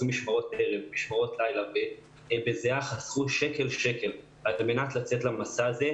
משמרות ערב ולילה ובזעה חסכו שקל לשקל כדי לצאת למסע הזה.